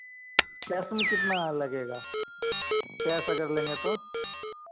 cash उन कितना लगेगा कैश अगर लेंगे तो